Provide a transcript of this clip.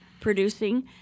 producing